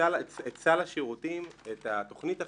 את התוכנית החינוכית,